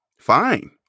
Fine